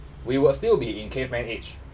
we will still be in caveman age